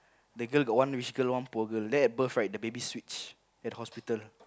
the girl got one rich girl one poor girl then at birth right the baby switch at hospital